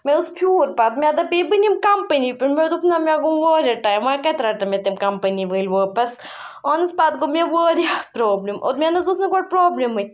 مےٚ حظ پھیوٗر پَتہٕ مےٚ دَپے بہٕ نِمہٕ کَمپٔنی پٮ۪ٹھ مےٚ دوٚپ نہ مےٚ گوٚو واریاہ ٹایم وۄنۍ کَتہِ رَٹَن مےٚ تِم کَمپٔنی وٲلۍ واپَس اہن حظ پَتہٕ گوٚو مےٚ واریاہ پرٛابلِم مےٚ نہ حظ ٲس نہٕ گۄڈٕ پرٛابلِمٕے